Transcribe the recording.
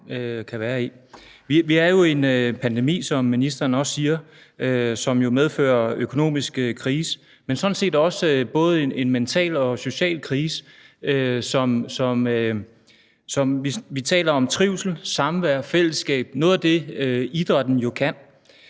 Vi er jo i en pandemi, som ministeren også siger, som medfører økonomisk krise, men sådan set også både en mental og en social krise, og her taler vi om trivsel, samvær, fællesskab – noget af det, idrætten jo kan.